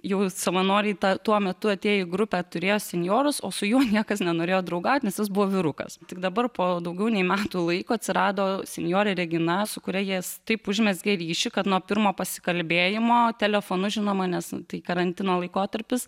jau savanoriai ta tuo metu atėję į grupę turėjo senjorus o su juo niekas nenorėjo draugauti nes jis buvo vyrukas tik dabar po daugiau nei metų laiko atsirado senjorė regina su kuria jis taip užmezgė ryšį kad nuo pirmo pasikalbėjimo telefonu žinoma nes tai karantino laikotarpis